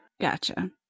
Gotcha